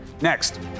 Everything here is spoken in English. Next